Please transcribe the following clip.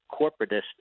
corporatist